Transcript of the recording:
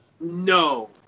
No